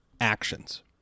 actions